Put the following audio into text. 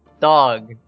dog